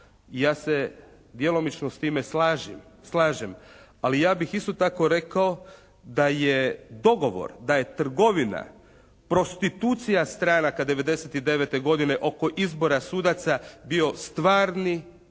Ja se djelomično s time slažem. Ali ja bih isto tako rekao da je dogovor da je trgovina, prostitucija stranaka '99. godine oko izbora sudaca bio stvarni